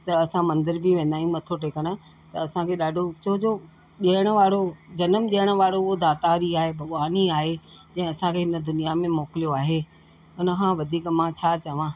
त असां मंदर बि वेंदा आहियूं मथो टेकण त असांखे ॾाढो छो जो ॾियण वारो जनमु ॾियण वारो उहो दातार ई आहे भॻवान ई आहे जंहिं असांखे हिन दुनिया में मोकिलियो आहे हुन खां वधीक मां छा चवां मतलबु